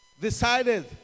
decided